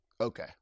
Okay